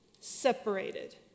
separated